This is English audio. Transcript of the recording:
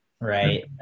right